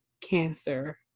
cancer